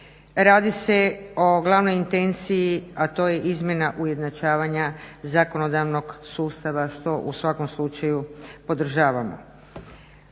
radi se o glavnoj intenciji, a to je izmjena ujednačavanja zakonodavnog sustava što u svakom slučaju podržavamo.